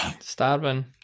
starving